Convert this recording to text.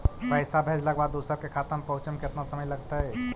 पैसा भेजला के बाद दुसर के खाता में पहुँचे में केतना समय लगतइ?